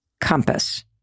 compass